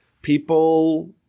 People